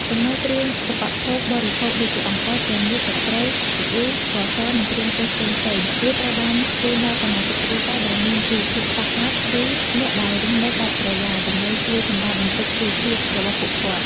ចំណែកគ្រឿងឧបភោគបរិភោគដូចជា អង្ករ ត្រីងៀត ទឹកត្រី ទឹកស៊ីអ៊ីវ ស្ករស និងគ្រឿងទេសផ្សេងៗ វាត្រូវបានជូនដល់សមាជិកគ្រួសារដែលមានជីវភាពខ្វះខាត ឬអ្នកដែលរស់នៅដាច់ស្រយាល ដើម្បីជួយសម្រាលបន្ទុកជីវភាពរបស់ពួកគាត់។